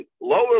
lower